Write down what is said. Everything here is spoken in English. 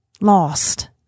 lost